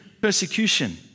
persecution